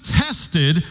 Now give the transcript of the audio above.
tested